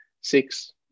six